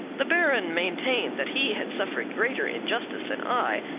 the baron maintained that he had suffered greater injustice than i,